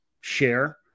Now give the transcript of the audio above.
share